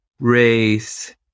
race